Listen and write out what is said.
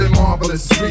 marvelous